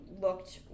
looked